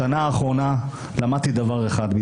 בשנה האחרונה למדתי דבר אחד,